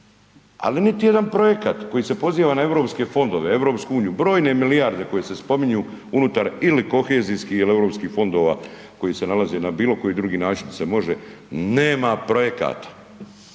ali niti jedan projekat koji se poziva na eu fondove, EU, brojne milijarde koje se spominju unutar ili kohezijskih ili eu fondova koji se nalaze na bilo koji drugi način se može, nema projekata.